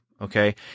Okay